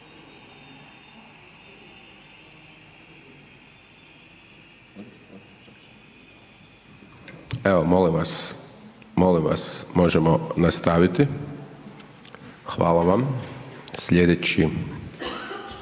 Evo molim vas možemo nastaviti. Hvala vam. Sljedeći